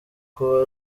kuba